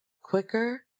quicker